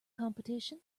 competition